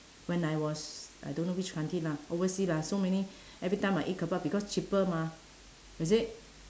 when I was I don't know which country lah oversea lah so many every time I eat kebab because cheaper mah is it